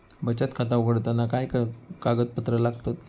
बचत खाता उघडताना काय कागदपत्रा लागतत?